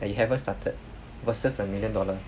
that you haven't started versus a million dollar